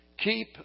...keep